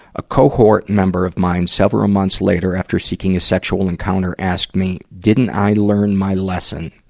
a cohort member of mine, several months later, after seeking a sexual encounter, asked me didn't i learn my lesson.